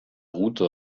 rute